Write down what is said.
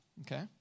okay